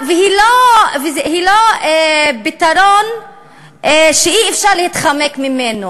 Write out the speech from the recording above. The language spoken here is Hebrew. היא לא פתרון שאי-אפשר להתחמק ממנו.